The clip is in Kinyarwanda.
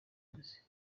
times